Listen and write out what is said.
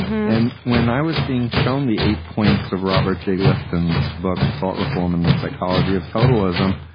and when i was being shown the eight points of robert j. clifton's book thought reform in the psychology of total ism,